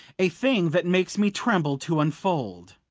a thing that makes me tremble to unfold.